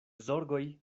zorgoj